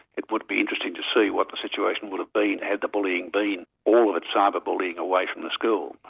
it would be interesting to see what the situation would have been had the bullying been all of it cyber-bullying away from the school,